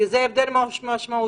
זה הבדל משמעותי,